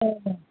औ